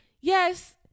yes